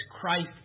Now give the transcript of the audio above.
Christ